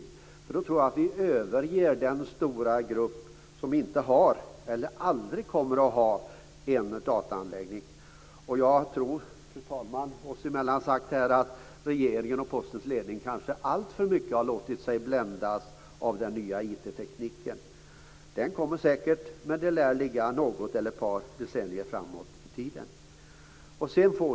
Då tror jag nämligen att vi överger den stora grupp som inte har eller aldrig kommer att ha en dataanläggning. Jag tror, fru talman, oss emellan, att regeringen och Postens ledning kanske alltför mycket har låtit sig bländas av den nya informationstekniken. Den kommer säkert men det här lär ligga ett eller ett par decennier framåt i tiden.